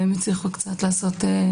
התיק שלי, והם הצליחו לעשות קצת מהפך